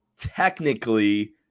technically